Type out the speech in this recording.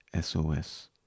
SOS